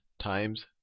times